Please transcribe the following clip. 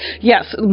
Yes